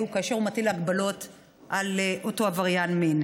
כאשר הוא מטיל הגבלות על אותו עבריין מין.